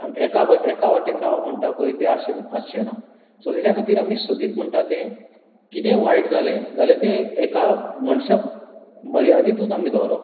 एका ब् एका वटेन राव म्हणटा पळय तें आस्शें आसचें ना सो तेज्या खातीर आमी सदित म्हणटा तें कितें वायट जालें जाल्यार तें एका मनशा मर्यादितूत आमी दवरप